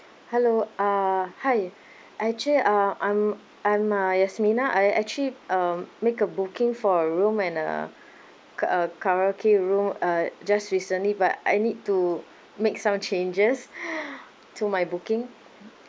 hello uh hi actually uh I'm I'm uh yasmina I actually um make a booking for a room and a ka~ uh karaoke room uh just recently but I need to make some changes to my booking